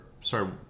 Sorry